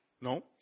No